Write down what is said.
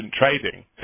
trading